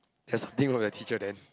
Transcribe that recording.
just think of the teacher then